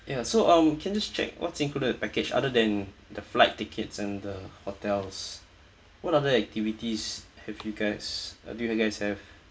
ya so um can I just check what's included in the package other than the flight tickets and the hotels what other activities have you guys do you guys have